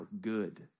good